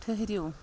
ٹھہرِو